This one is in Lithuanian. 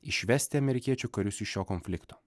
išvesti amerikiečių karius iš šio konflikto